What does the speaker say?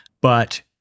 but-